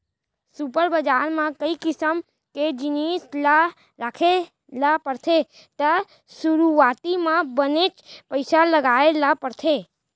super बजार म कई किसम के जिनिस ल राखे ल परथे त सुरूवाती म बनेच पइसा लगाय ल परथे